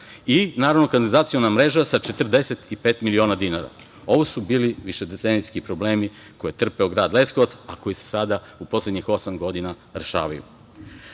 i kanalizaciona mreža sa 45 miliona dinara. Ovo su bili višedecenijski probleme koje je trpeo grad Leskovac, a koji se sada u poslednjih osam godina rešavaju. Na